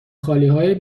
خالیهای